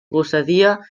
gosadia